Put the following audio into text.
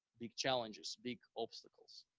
big challenges, big obstacles.